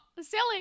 Silly